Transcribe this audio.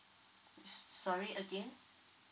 sorry again